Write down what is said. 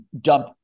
dump